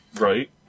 Right